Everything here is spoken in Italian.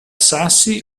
sassi